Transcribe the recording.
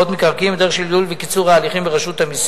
של קיום חינוך בלתי פורמלי,